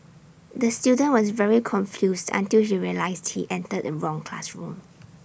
the student was very confused until he realised he entered the wrong classroom